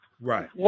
Right